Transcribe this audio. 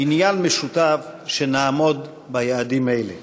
עניין משותף שנעמוד ביעדים האלה.